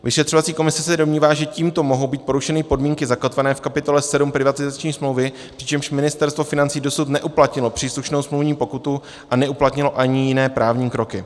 Vyšetřovací komise se domnívá, že tímto mohou být porušeny podmínky zakotvené v kapitole 7 privatizační smlouvy, přičemž Ministerstvo financí dosud neuplatnilo příslušnou smluvní pokutu a neuplatnilo ani jiné právní kroky.